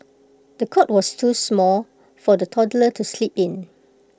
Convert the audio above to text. the cot was too small for the toddler to sleep in